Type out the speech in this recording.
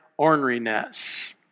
orneriness